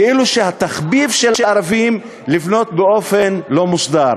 כאילו שהתחביב של ערבים לבנות באופן לא מוסדר.